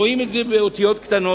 רואים את זה באותיות קטנות,